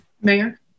mayor